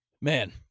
Man